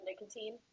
nicotine